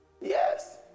Yes